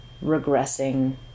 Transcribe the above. regressing